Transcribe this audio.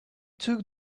took